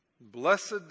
Blessed